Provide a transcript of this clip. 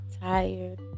tired